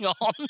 on